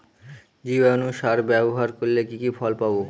জীবাণু সার ব্যাবহার করলে কি কি ফল পাবো?